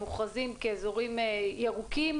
מאזורים ירוקים